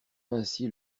ainsi